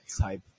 type